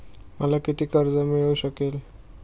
मला किती कर्ज मिळू शकते?